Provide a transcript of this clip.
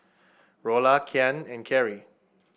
Rolla Kian and Kerrie